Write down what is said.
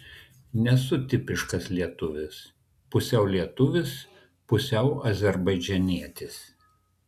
nesu tipiškas lietuvis pusiau lietuvis pusiau azerbaidžanietis